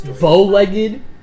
bow-legged